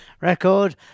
record